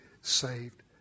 saved